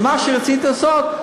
שמה שרציתי לעשות,